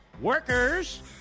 workers